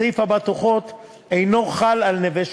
סעיף הבטוחות אינו חל על "נווה שולמית"